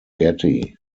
getty